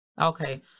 okay